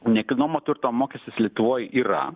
nekilnojamo turto mokestis lietuvoj yra